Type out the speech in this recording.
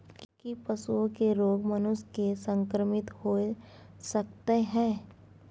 की पशुओं के रोग मनुष्य के संक्रमित होय सकते है?